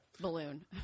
balloon